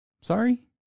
Sorry